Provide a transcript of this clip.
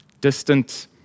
distant